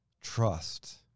trust